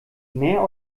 mehr